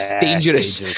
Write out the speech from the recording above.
dangerous